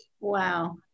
Wow